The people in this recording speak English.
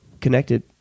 connected